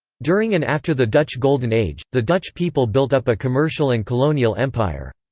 during and after the dutch golden age, the dutch people built up a commercial and colonial empire.